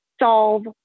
solve